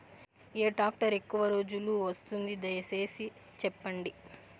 ఏ tractor ఎక్కువగా రోజులు వస్తుంది, దయసేసి చెప్పండి?